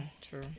true